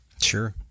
Sure